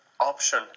option